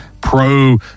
pro